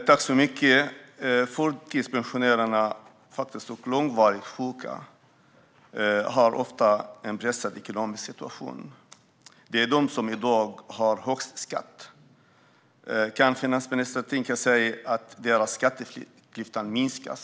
Herr talman! Förtidspensionärerna och långtidssjuka har ofta en pressad ekonomisk situation. Det är de som i dag har högst skatt. Kan finansministern tänka sig att denna skatteklyfta minskas?